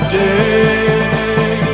day